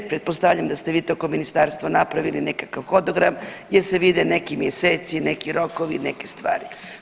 Pretpostavljam da ste vi to kao ministarstvo napravili nekakav hodogram gdje se vide neki mjeseci, neki rokove, neke stvari.